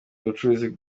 umucuruzi